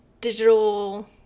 digital